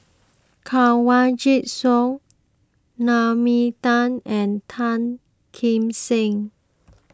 Kanwaljit Soin Naomi Tan and Tan Kim Seng